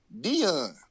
Dion